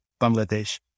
Bangladesh